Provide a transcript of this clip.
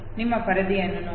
ನಿಮ್ಮ ಪರದೆಯನ್ನು ನೋಡಿ